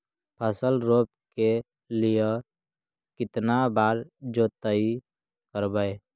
फसल रोप के लिय कितना बार जोतई करबय?